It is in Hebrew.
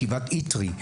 ישיבת איתרי,